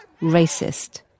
racist